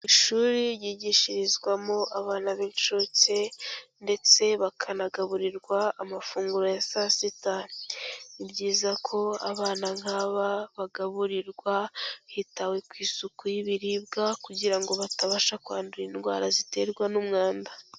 Ishuri ryigishirizwamo abana b'inshuke ndetse bakanagaburirwa amafunguro ya saa sita. Ni byiza ko abana nk'aba bagaburirwa hitawe ku isuku y'ibiribwa kugira ngo batabasha kwandura indwara ziterwa n'umwanda.